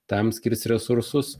tam skirs resursus